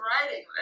writing